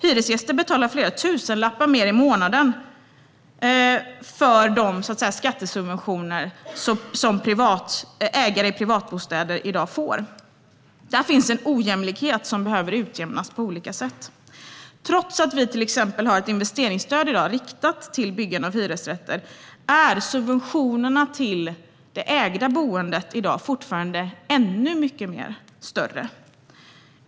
Hyresgäster betalar flera tusenlappar mer i månaden för de skattesubventioner som ägare av privatbostäder får. Här finns en ojämlikhet som behöver utjämnas på olika sätt. Trots att vi exempelvis har ett investeringsstöd riktat till byggande av hyresrätter är subventionerna till det ägda boendet fortfarande större.